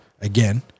again